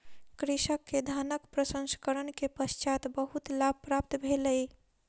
कृषक के धानक प्रसंस्करण के पश्चात बहुत लाभ प्राप्त भेलै